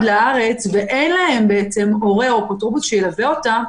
לארץ ואין להם הורה או אפוטרופוס שילווה אותם,